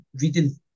reading